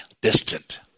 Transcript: distant